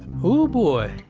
hoo boy!